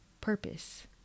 purpose